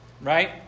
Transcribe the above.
right